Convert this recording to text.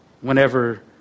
Whenever